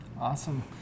Awesome